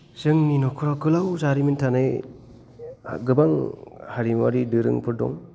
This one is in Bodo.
जोंनि न'खराव गोलाव जारिमिन थानाय गोबां हारिमुवारि दोरोंफोर दं